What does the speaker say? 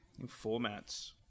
Formats